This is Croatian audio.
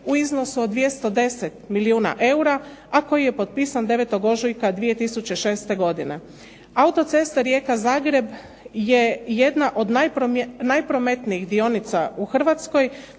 u iznosu od 210 milijuna eura, a koji je potpisan 9. ožujka 2006. godine. Autocesta Rijeka-Zagreb je jedna od najprometnijih dionica u Hrvatskoj,